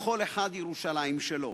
לכל אחד ירושלים שלו,